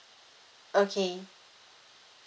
okay